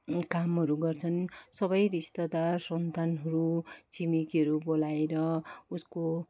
कामहरू गर्छन् सबै रिस्तेदार सन्तानहरू छिमेकीहरू बोलाएर उसको